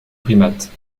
primates